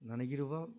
ನನಗಿರುವ